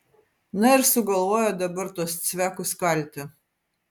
na ir sugalvojo dabar tuos cvekus kalti